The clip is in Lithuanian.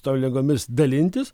tom ligomis dalintis